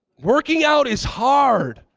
working out is hard.